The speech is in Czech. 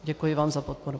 Děkuji vám za podporu.